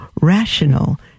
rational